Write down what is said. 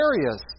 areas